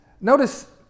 Notice